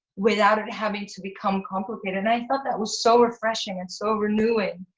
without it having to become complicated. and i thought that was so refreshing and so renewing,